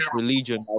religion